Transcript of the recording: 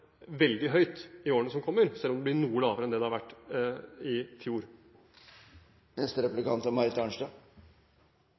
veldig høyt i årene som kommer, selv om det blir noe lavere enn det det var i fjor. Det er mye å glede seg over i